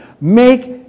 Make